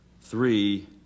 three